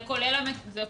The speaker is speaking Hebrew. זה כולל המפוקחים.